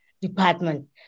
department